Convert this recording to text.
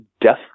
death